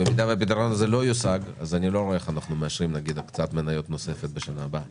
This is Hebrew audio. אם הפתרון לא יושג אני לא יודע איך נאשר הקצאת מניות נוספת בשנה הבאה